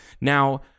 Now